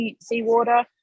seawater